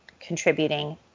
contributing